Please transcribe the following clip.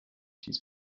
dies